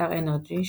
באתר nrg,